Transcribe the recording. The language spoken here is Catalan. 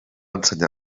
ensenyar